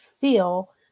feel